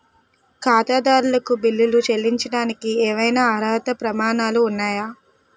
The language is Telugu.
ఖాతాదారులకు బిల్లులు చెల్లించడానికి ఏవైనా అర్హత ప్రమాణాలు ఉన్నాయా?